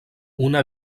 una